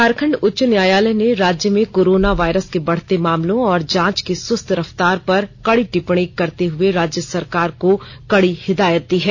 झारखंड उच्च न्यायालय ने राज्य में कोरोना वायरस के बढ़ते मामलों और जांच की सुस्त रफ्तार पर कड़ी टिप्पणी करते हुए राज्य सरकार को सख्त हिदायत दी है